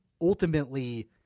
ultimately